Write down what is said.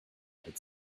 hit